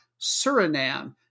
Suriname